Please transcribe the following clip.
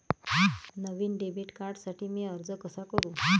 नवीन debit कार्डसाठी मी अर्ज कसा करू?